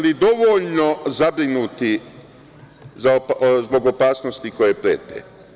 Jeste li dovoljno zabrinuti zbog opasnosti koje prete?